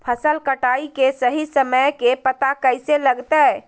फसल कटाई के सही समय के पता कैसे लगते?